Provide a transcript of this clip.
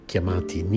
chiamati